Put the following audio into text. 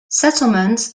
settlements